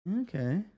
Okay